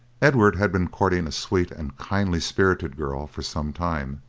edward had been courting a sweet and kindly spirited girl for some time.